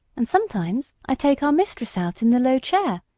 and sometimes i take our mistress out in the low chair.